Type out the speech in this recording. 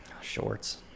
shorts